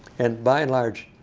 and by and large,